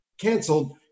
canceled